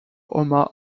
omar